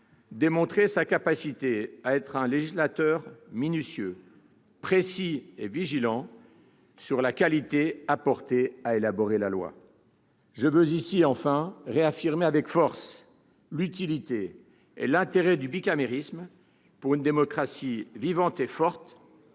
démontré sa capacité à être un législateur minutieux, précis et vigilant au service de la qualité de la loi. Je veux ici réaffirmer avec force l'utilité et l'intérêt du bicamérisme pour une démocratie vivante et forte,